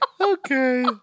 okay